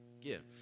give